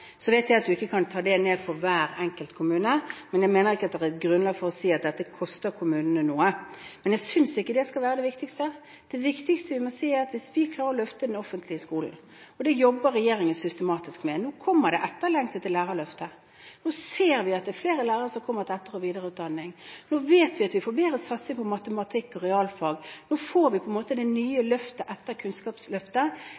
ned på hver enkelt kommune, men jeg mener det ikke er grunnlag for å si at dette koster kommunene noe. Jeg synes ikke det skal være det viktigste. Det viktigste er at vi klarer å løfte den offentlige skolen, og det jobber regjeringen systematisk med. Nå kommer det etterlengtede lærerløftet. Nå ser vi at det er flere lærere som kommer til etter- og videreutdanning. Nå vet vi at vi får bedre satsing på matematikk og realfag. Nå får vi det nye løftet etter Kunnskapsløftet, nettopp fordi vi prioriterer det. Da vil den norske skolen være en god skole for elevene. Det